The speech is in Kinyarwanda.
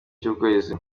cy’ukwezi